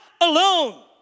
alone